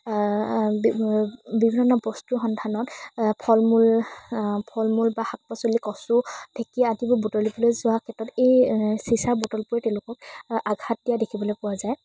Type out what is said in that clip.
বিভিন্ন বস্তুৰ সন্ধানত ফল মূল ফল মূল বা শাক পাচলি কচু ঢেকীয়া আদিবোৰ বুটলিবলৈ যোৱাৰ ক্ষেত্ৰত এই চিচাৰ বটলবোৰে তেওঁলোকক আঘাত দিয়া দেখিবলৈ পোৱা যায়